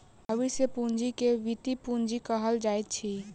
भविष्य पूंजी के वृति पूंजी कहल जाइत अछि